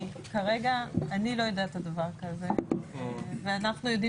כרגע אני לא יודעת על דבר כזה ואנחנו יודעים